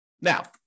Now